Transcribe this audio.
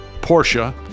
Porsche